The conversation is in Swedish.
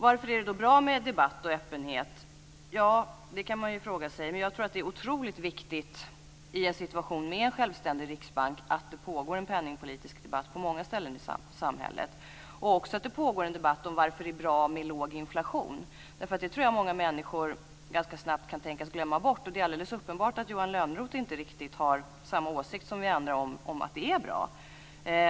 Varför är det då bra med debatt och öppenhet? Det kan man fråga sig. Jag tror att det är otroligt viktigt i en situation med en självständig riksbank att det pågår en penningpolitisk debatt på många ställen i samhället. Det gäller också att det pågår en debatt om varför det är bra med låg inflation. Det tror jag att många människor ganska snabbt kan tänkas glömma bort. Det är alldeles uppenbart att Johan Lönnroth inte riktigt har samma åsikt som vi andra om att det är bra.